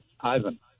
Ivan